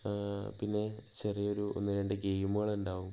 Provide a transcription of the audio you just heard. പിന്നെ ചെറിയൊരു ഒന്ന് രണ്ട് ഗേയ്മുകൾ ഉണ്ടാവും